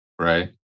right